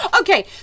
Okay